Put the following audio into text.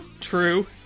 True